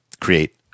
create